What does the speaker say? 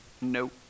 Nope